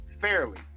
fairly